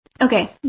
Okay